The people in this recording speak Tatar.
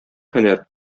һөнәр